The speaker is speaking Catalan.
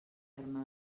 germà